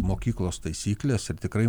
mokyklos taisykles ir tikrai